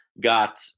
got